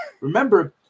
Remember